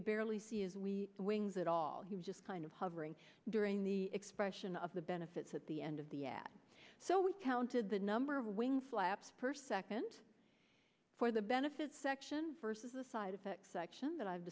could barely see is we wings at all he was just kind of hovering during the expression of the benefits at the end of the ad so we counted the number of wing flaps per second for the benefits section versus the side effects section that i've